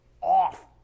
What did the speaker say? off